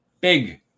big